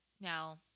now